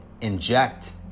inject